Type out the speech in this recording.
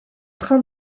train